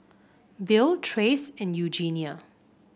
Bill Trace and Eugenia